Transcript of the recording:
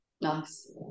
nice